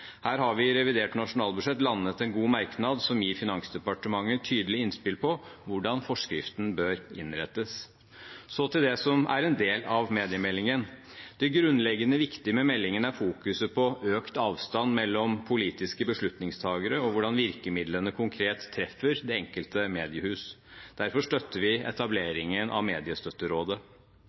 Her har vi i revidert nasjonalbudsjett landet en god merknad som gir Finansdepartementet et tydelig innspill på hvordan forskriften bør innrettes. Så til det som er en del av mediemeldingen: Det grunnleggende viktige med meldingen er fokuset på økt avstand mellom politiske beslutningstakere og hvordan virkemidlene konkret treffer det enkelte mediehus. Derfor støtter vi etableringen av Mediestøtterådet.